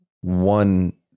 one